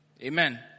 amen